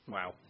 Wow